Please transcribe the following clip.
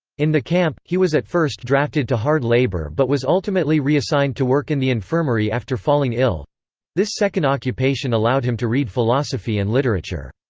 in the camp, he was at first drafted to hard labour but was ultimately reassigned to work in the infirmary after falling ill this second occupation allowed him to read philosophy and literature.